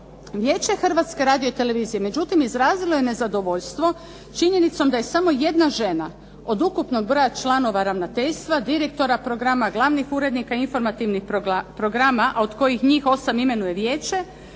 Vijeće Hrvatske radio-televizije međutim izrazilo je nezadovoljstvo činjenicom da je samo jedna žena od ukupnog broja članova ravnateljstva, direktora programa, glavnih urednika informativnih programa a od kojih njih osam imenuje vijeće,